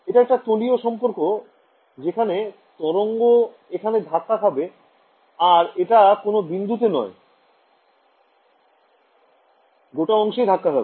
এটা একটা তলীয় সম্পর্ক যেখানে তরঙ্গ এখানে ধাক্কা খাবে আর এটা কোন বিন্দুতে নয় গোটা অংশেই ধাক্কা দেবে